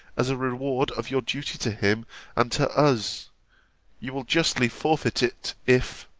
as a reward of your duty to him and to us you will justly forfeit it, if